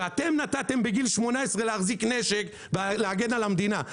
שאתם נתתם בגיל 18 להחזיק נשק ולהגן על המדינה,